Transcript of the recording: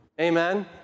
amen